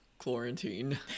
quarantine